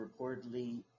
reportedly